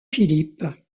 philippe